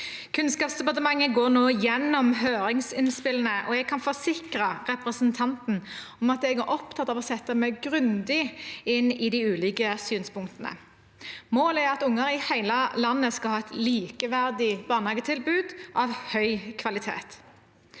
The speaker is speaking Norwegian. Kunnskapsdepartementet går nå gjennom høringsinnspillene, og jeg kan forsikre representanten om at jeg er opptatt av å sette meg grundig inn i de ulike synspunktene. Målet er at unger i hele landet skal ha et likeverdig barnehagetilbud av høy kvalitet.